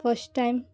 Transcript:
first time